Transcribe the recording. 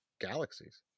galaxies